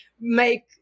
make